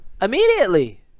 Immediately